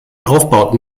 aufbauten